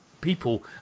people